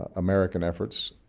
ah american efforts